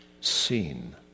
seen